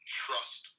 trust